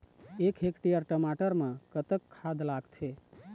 एक हेक्टेयर टमाटर म कतक खाद लागथे?